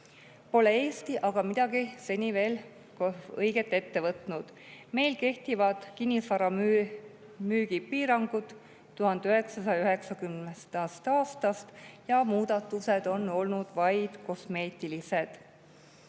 pole Eesti seni õieti midagi veel ette võtnud. Meil kehtivad kinnisvara müügi piirangud 1990. aastast ja muudatused on olnud vaid kosmeetilised.